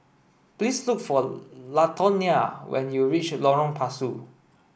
please look for Latonya when you reach Lorong Pasu